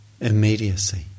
immediacy